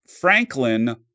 Franklin